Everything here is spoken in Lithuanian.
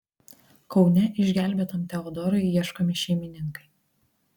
kaune išgelbėtam teodorui ieškomi šeimininkai